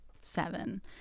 seven